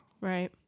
Right